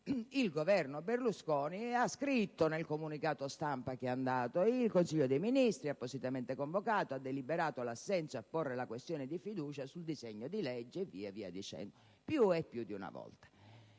il Governo Berlusconi ha scritto nel comunicato stampa: il Consiglio dei ministri, appositamente convocato, ha deliberato l'assenso a porre la questione di fiducia sul disegno di legge, e così via; questo, più di una volta.